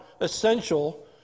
essential